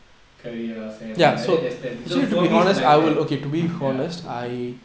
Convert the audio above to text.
career family like that there's ten things so for me it's like that ya